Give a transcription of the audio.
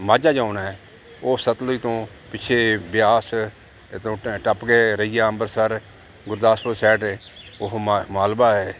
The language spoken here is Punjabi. ਮਾਝਾ ਜੌਨ ਹੈ ਉਹ ਸਤਲੁਜ ਤੋਂ ਪਿੱਛੇ ਬਿਆਸ ਇੱਧਰੋਂ ਟੱਪ ਕੇ ਰਈਆ ਅੰਮ੍ਰਿਤਸਰ ਗੁਰਦਾਸਪੁਰ ਸਾਈਡ ਉਹ ਮਾਲਵਾ ਹੈ